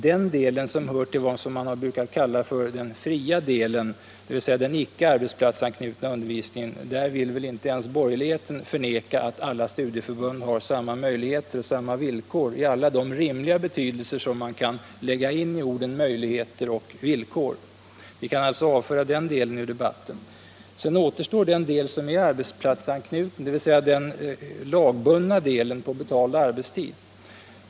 Beträffande den del som man har brukat kalla den fria delen, dvs. den icke arbetsplatsanknutna undervisningen, vill väl inte ens borgerligheten förneka att alla studieförbund har samma möjligheter och samma villkor, i alla de rimliga betydelser som kan läggas in i orden möjligheter och villkor. Vi kan alltså avföra den delen ur debatten. Sedan återstår den del av undervisningen som är arbetsplatsanknuten, dvs. den lagbundna delen på betald arbetstid.